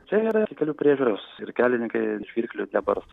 čia yra ir kelių priežiūros ir kelininkai žvyrkelių nebarst